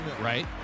Right